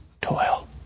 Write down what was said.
toil